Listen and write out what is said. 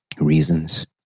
Reasons